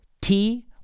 T-